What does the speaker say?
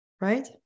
Right